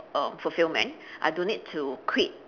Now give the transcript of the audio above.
err for filming I don't need to quit